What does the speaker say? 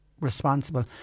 responsible